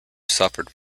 suffered